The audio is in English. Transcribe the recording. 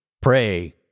Pray